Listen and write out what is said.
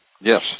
Yes